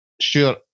sure